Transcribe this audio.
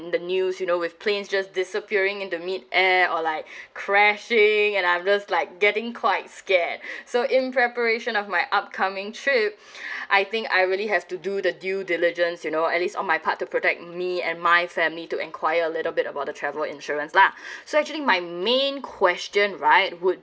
the news you know with planes just disappearing in the mid air or like crashing and I'm just like getting quite scared so in preparation of my upcoming trip I think I really have to do the due diligence you know at least on my part to protect me and my family to inquire a little bit about the travel insurance lah so actually my main question right would